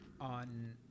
on